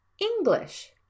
English